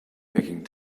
picking